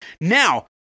Now